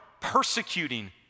persecuting